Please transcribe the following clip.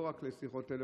ולא רק לשיחות טלפון.